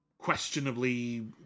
questionably